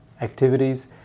activities